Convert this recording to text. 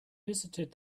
visited